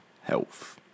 health